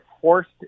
forced